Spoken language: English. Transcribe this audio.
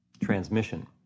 transmission